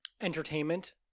entertainment